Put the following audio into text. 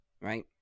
right